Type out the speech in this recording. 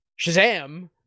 Shazam